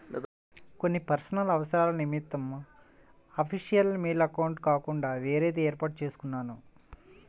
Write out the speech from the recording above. కొన్ని పర్సనల్ అవసరాల నిమిత్తం అఫీషియల్ మెయిల్ అకౌంట్ కాకుండా వేరేది వేర్పాటు చేసుకున్నాను